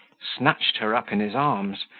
snatched her up in his arms,